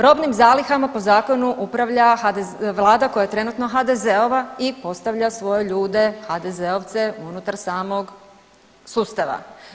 Robnim zalihama po zakonu upravlja vlada koja je trenutno HDZ-ova i postavlja svoje ljude HDZ-ovce unutar samog sustava.